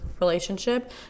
relationship